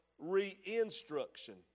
reinstruction